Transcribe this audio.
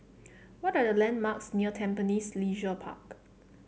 what are the landmarks near Tampines Leisure Park